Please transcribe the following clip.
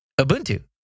Ubuntu